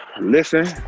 Listen